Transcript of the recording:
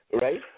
Right